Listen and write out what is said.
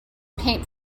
paint